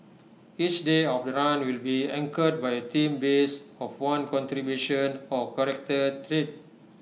each day of the run will be anchored by A theme based of one contribution or character trait